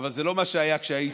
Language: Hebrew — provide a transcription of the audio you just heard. זה לא מה שהיה כשהיית.